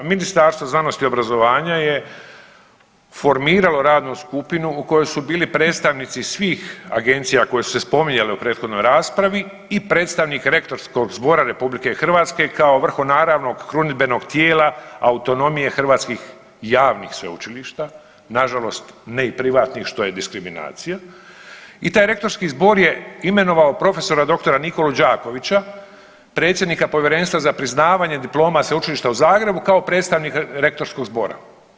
Ministarstvo znanosti i obrazovanja je formiralo radnu skupinu u kojoj su bili predstavnici svih agencija koje su se spominjale u prethodnoj raspravi i predstavnik Rektorskog zbora RH kao vrhonaravnog krunidbenog tijela autonomije hrvatskih javnih sveučilišta, nažalost ne i privatnih što je diskriminacija i taj rektorski zbor je imenovao prof.dr. Nikolu Đakovića predsjednika Povjerenstva za priznavanje diploma Sveučilišta u Zagrebu kao predstavnika rektorskog zbora.